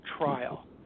Trial*